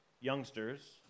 youngsters